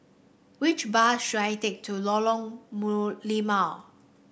which bus should I take to Lorong Limau